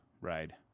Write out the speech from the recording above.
ride